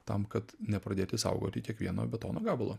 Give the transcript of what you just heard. tam kad nepradėti saugoti kiekvieno betono gabalo